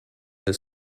del